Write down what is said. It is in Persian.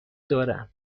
دارم